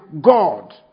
God